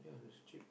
yeah it's cheap